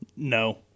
No